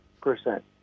percent